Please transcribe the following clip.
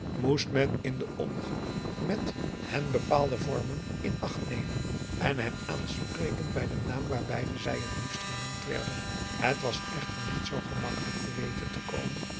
moest men in den omgang met hen bepaalde vormen in acht nemen en hen aanspreken bij den naam waarbij ze het liefst genoemd werden het was echter niet zoo gemakkelijk te weten te komen